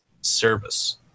service